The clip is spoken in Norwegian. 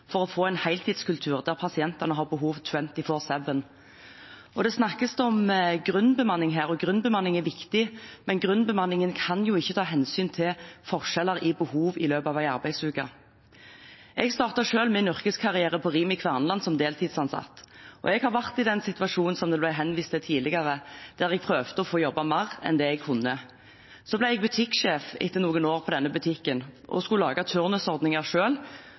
for å få en heltidskultur der pasientene har behov 24/7.» Det snakkes om grunnbemanning her. Grunnbemanning er viktig, men grunnbemanningen kan jo ikke ta hensyn til forskjeller i behov i løpet av en arbeidsuke. Jeg startet selv min yrkeskarriere som deltidsansatt på Rimi Kverneland, og jeg har vært i den situasjonen som det ble henvist til tidligere, der jeg prøvde å få jobbe mer enn det jeg kunne. Så ble jeg butikksjef etter noen år på denne butikken og skulle lage